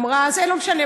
זה לא משנה.